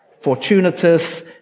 Fortunatus